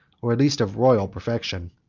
or at least of royal, perfection.